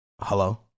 Hello